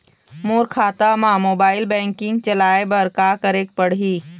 मोर खाता मा mobile banking चलाए बर का करेक पड़ही?